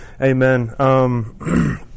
Amen